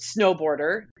snowboarder